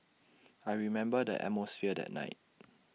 I remember the atmosphere that night